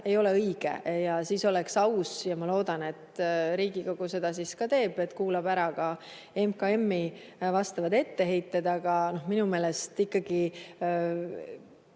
ei ole õige. Ja siis oleks aus – ja ma loodan, et Riigikogu seda ka teeb –, kuulata ära ka MKM-i vastavad etteheited. Aga minu meelest ikkagi